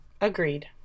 Agreed